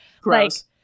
Gross